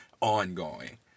ongoing